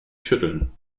schütteln